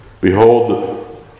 Behold